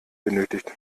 benötigt